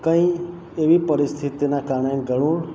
કંઇ એવી પરિસ્થિતિનાં કારણે ગરૂડ